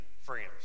friends